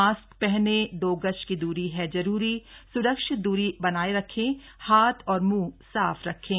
mask पहनें दो गज की दूरी है जरूरी स्रक्षित दूरी बनाए रखें हाथ और म्ंह साफ रखें